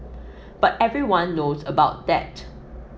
but everyone knows about that